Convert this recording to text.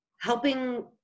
helping